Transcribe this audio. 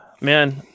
man